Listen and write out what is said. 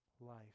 life